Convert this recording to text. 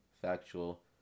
factual